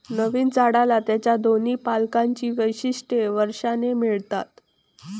नवीन झाडाला त्याच्या दोन्ही पालकांची वैशिष्ट्ये वारशाने मिळतात